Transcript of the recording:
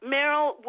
Meryl